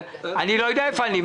אני לא יודע איפה אני,